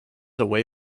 away